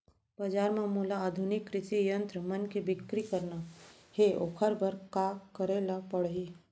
बजार म मोला आधुनिक कृषि यंत्र मन के बिक्री करना हे ओखर बर का करे ल पड़ही?